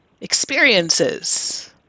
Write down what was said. experiences